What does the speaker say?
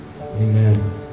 Amen